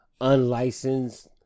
Unlicensed